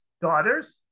daughters